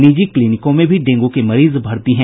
निजी क्लीनिकों में भी डेंगू के मरीज भर्ती हैं